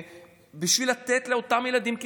בשביל לתת לאותם ילדים כלים.